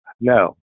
no